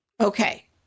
Okay